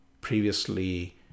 previously